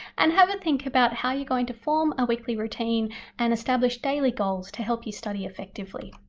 and have a think about how you're going to form a weekly routine and establish daily goals to help you study effectively.